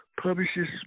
publishes